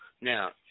Now